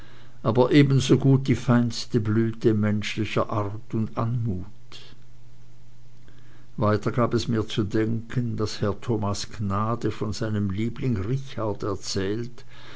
aber ebensogut die feinste blüte menschlicher art und anmut weiter gab es mir zu denken daß herr thomas gnade von seinem liebling richard erzählt